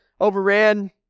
overran